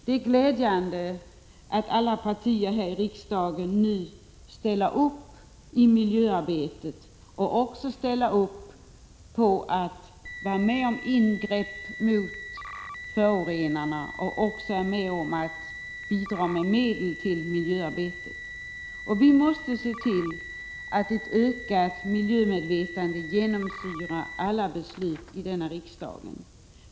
Det är glädjande att alla partier här i riksdagen nu ställer upp i miljöarbetet, ställer sig bakom ingrepp mot förorenarna och är med på att vi bidrar med medel till miljöarbetet. Vi måste se till att ett ökat miljömedvetande genomsyrar alla beslut i denna riksdag.